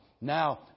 Now